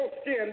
skin